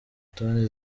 toni